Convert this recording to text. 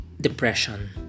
depression